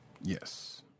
Yes